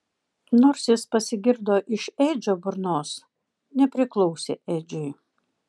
nors jis pasigirdo iš edžio burnos nepriklausė edžiui